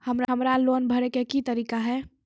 हमरा लोन भरे के की तरीका है?